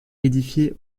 édifiée